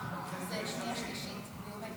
על הצעת חוק יום לציון